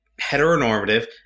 heteronormative